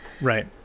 Right